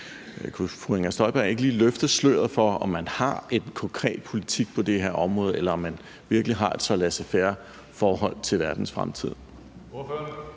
Støjberg ikke lige løfte sløret for, om man har en konkret politik på det her område, eller om man virkelig har et så laissez faire-forhold til verdens fremtid?